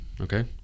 Okay